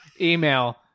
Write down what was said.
email